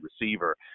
receiver